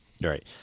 Right